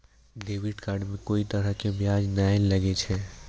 debit card मे कोई तरह के ब्याज नाय लागै छै